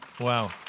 wow